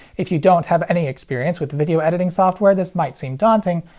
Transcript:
if you don't have any experience with video editing software this might seem daunting,